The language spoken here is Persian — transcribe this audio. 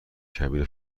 کبیر